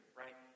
right